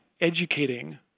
educating